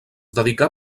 dedicà